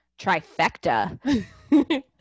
trifecta